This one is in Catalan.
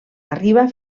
arriba